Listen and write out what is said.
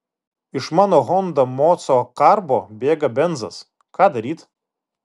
iš mano honda moco karbo bėga benzas ką daryt